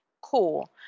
Cool